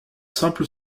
simple